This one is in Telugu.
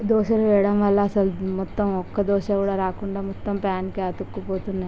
దోశలు వేయడం వళ్ళ మొత్తము ఒక్క దోశ కూడా రాకుండా మొత్తము పాన్కే అతుక్కుపోతున్నాయి